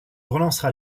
relancera